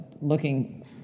looking